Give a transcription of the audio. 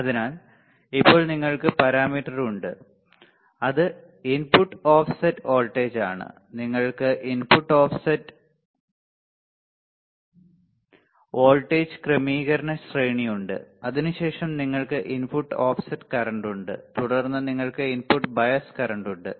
അതിനാൽ ഇപ്പോൾ നിങ്ങൾക്ക് പാരാമീറ്റർ ഉണ്ട് അത് ഇൻപുട്ട് ഓഫ്സെറ്റ് വോൾട്ടേജ് ആണ് നിങ്ങൾക്ക് ഇൻപുട്ട് ഓഫ്സെറ്റ് വോൾട്ടേജ് ക്രമീകരണ ശ്രേണി ഉണ്ട് അതിനുശേഷം നിങ്ങൾക്ക് ഇൻപുട്ട് ഓഫ്സെറ്റ് കറന്റ് ഉണ്ട് തുടർന്ന് നിങ്ങൾക്ക് ഇൻപുട്ട് ബയസ് കറന്റ് ഉണ്ട്